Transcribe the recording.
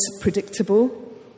predictable